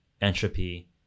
entropy